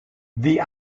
the